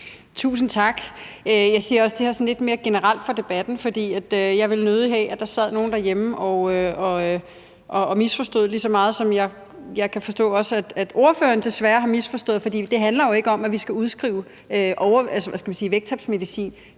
Tusind tak. Jeg siger også det her sådan lidt mere generelt for debatten, for jeg ville nødig have, at der sad nogen derhjemme og misforstod lige så meget, som jeg kan forstå at ordføreren desværre har misforstået. For det handler jo ikke om, at vi skal udskrive vægttabsmedicin